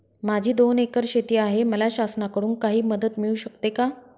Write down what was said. माझी दोन एकर शेती आहे, मला शासनाकडून काही मदत मिळू शकते का?